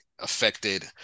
affected